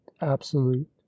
absolute